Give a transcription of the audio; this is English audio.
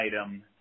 item